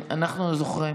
אנחנו זוכרים.